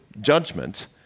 judgment